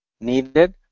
needed